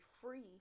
free